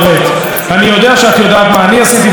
אני יודע שאת יודעת מה אני עשיתי ומה הוא עשה.